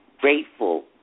grateful